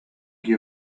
you